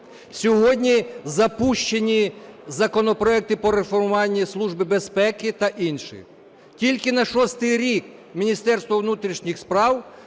Сьогодні запущені законопроекти по реформуванню Служби безпеки та інші. Тільки на шостий рік Міністерство внутрішніх справ